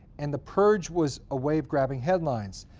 and the purge was a way of grabbing headlines.